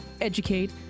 educate